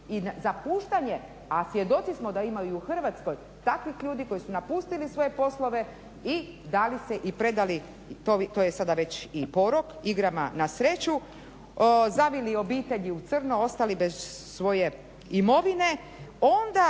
i zapuštanje a svjedoci smo da ima i u Hrvatskoj takvih ljudi koji su napustili svoje poslove i dali se i predali i to je sada već i porok igrama na sreću, zaveli obitelji u crno, ostali bez svoje imovine,